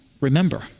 remember